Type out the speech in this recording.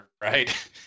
right